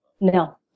No